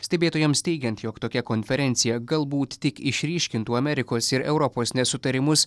stebėtojams teigiant jog tokia konferencija galbūt tik išryškintų amerikos ir europos nesutarimus